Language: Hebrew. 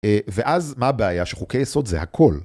ואז מה הבעיה? שחוקי יסוד זה הכל.